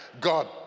God